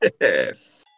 Yes